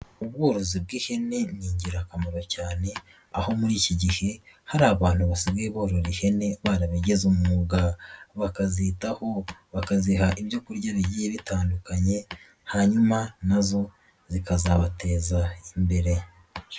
Ubw'ihene ni ingirakamaro cyane, aho muri iki gihe hari abantu basigaye borora ihene barabigize mu umwuga, bakazitaho bakaziha ibyo kurya bigiye bitandukanye, hanyuma na zo zikazabateza imbere.